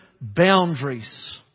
boundaries